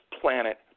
planet